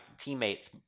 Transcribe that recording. teammates